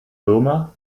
firma